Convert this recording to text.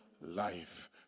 life